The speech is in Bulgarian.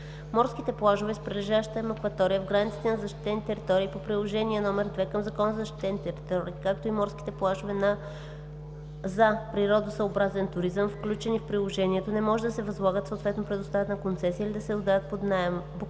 Морските плажове с прилежащата им акватория в границите на защитените територии по приложение № 2 към Закона за защитените територии, както и морските плажове за природосъобразен туризъм, включени в приложението, не може да се възлагат, съответно предоставят на концесия, или да се отдават под наем.“;